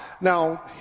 now